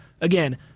again